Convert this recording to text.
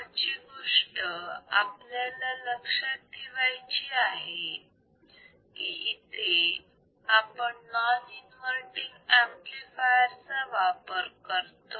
पुढची गोष्ट आपल्याला लक्षात ठेवायची आहे की इथे आपण नॉन इन्वर्तींग ऍम्प्लिफायर चा वापर करतो